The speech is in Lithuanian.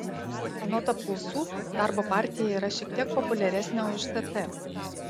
anot apklausų darbo partija yra šiek tiek populiaresnė už tt